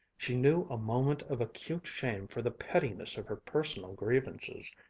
she knew a moment of acute shame for the pettiness of her personal grievances.